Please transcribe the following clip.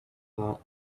that